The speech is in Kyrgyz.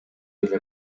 эле